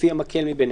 לפי המקל מביניהם".